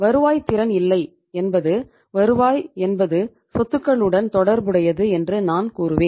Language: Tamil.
வருவாய்த்திறன் இல்லை என்பது வருவாய் என்பது சொத்துக்களுடன் தொடர்புடையது என்று நான் கூறுவேன்